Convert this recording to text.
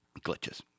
Glitches